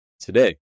Today